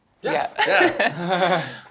Yes